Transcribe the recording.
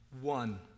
One